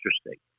interesting